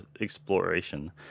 exploration